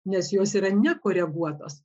nes jos yra nekoreguotos